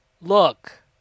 look